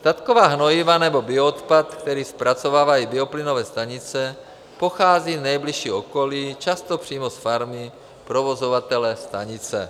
Statková hnojiva nebo bioodpad, který zpracovávají bioplynové stanice, pochází z nejbližšího okolí, často přímo z farmy provozovatele stanice.